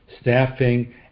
staffing